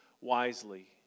wisely